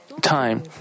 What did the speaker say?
time